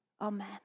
Amen